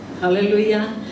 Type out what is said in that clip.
Hallelujah